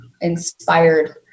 inspired